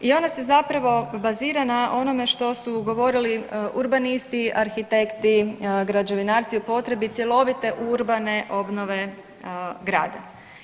I ona se zapravo bazira na onome što su govorili urbanisti, arhitekti, građevinarci o potrebi cjelovite urbane obnove grada.